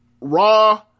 raw